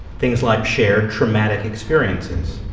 things like shared traumatic experiences,